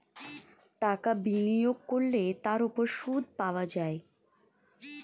টাকা বিনিয়োগ করলে তার উপর সুদ পাওয়া যায়